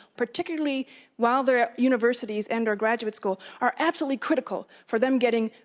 particularly while they're at universities and or graduate schools are absolutely critical for them getting,